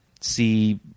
see